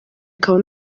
akaba